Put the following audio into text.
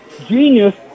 genius